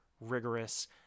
rigorous